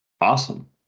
Awesome